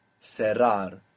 Cerrar